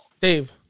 Dave